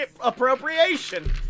appropriation